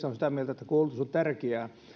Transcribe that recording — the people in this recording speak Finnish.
on sitä mieltä että koulutus on tärkeää